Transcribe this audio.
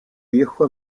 viejo